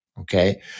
Okay